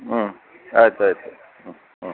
ಹ್ಞೂ ಆಯ್ತು ಆಯ್ತು ಆಯ್ತು ಹ್ಞೂ ಹ್ಞೂ